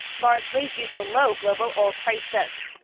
largely due to low global oil prices.